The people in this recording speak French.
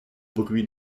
bruit